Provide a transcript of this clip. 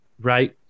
right